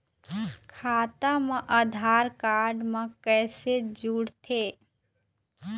खाता मा आधार कारड मा कैसे जोड़थे?